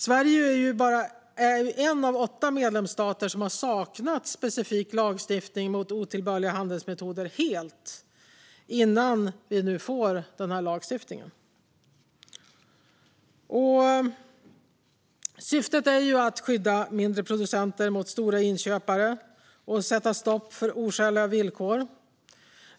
Sverige är en av bara åtta medlemsstater som helt saknat specifik lagstiftning mot otillbörliga handelsmetoder fram tills vi nu får den här lagstiftningen. Syftet är att skydda mindre producenter mot stora inköpare och sätta stopp för oskäliga villkor.